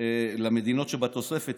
למדינות שבתוספת,